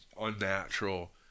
unnatural